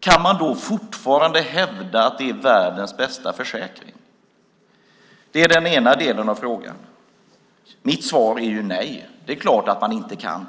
Kan man då fortfarande hävda att det är världens bästa försäkring? Det är den ena delen av frågan. Mitt svar är ju nej. Det är klart att man inte kan.